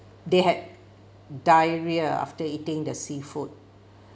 they had diarrhea after eating the seafood